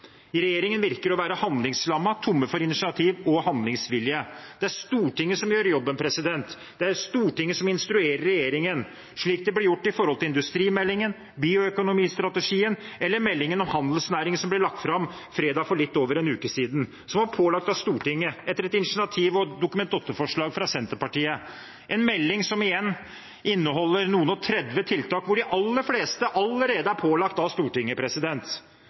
næringspolitikken. Regjeringen ser ut til å være handlingslammet, tomme for initiativ og handlingsvilje. Det er Stortinget som gjør jobben. Det er Stortinget som instruerer regjeringen, slik det ble gjort i forbindelse med industrimeldingen, bioøkonomistrategien eller meldingen om handelsnæringen som ble lagt fram fredag for litt over en uke siden, som var pålagt av Stortinget etter et initiativ og et Dokument 8-forslag fra Senterpartiet, en melding som inneholder noen og tredve tiltak, hvor de aller fleste allerede er pålagt av Stortinget.